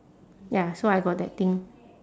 ya so I got that thing